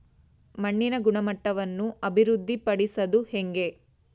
ಮಣ್ಣಿನ ಗುಣಮಟ್ಟವನ್ನು ಅಭಿವೃದ್ಧಿ ಪಡಿಸದು ಹೆಂಗೆ?